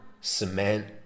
cement